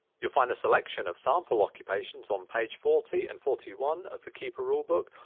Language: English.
you'll find a selection of sample occupations on page forty and forty one of the keeper rule book,